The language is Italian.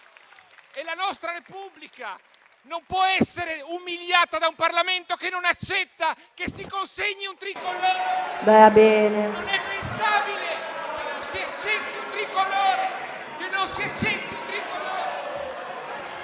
E la nostra Repubblica non può essere umiliata da un Parlamento che non accetta che si consegni un tricolore. Non è pensabile che non si accetti un tricolore.